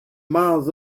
miles